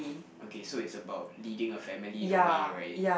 okay so it's about leading a family in a way right